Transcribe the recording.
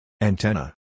Antenna